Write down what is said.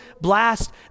blast